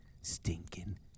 stinking